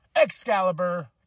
Excalibur